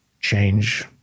change